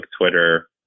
Twitter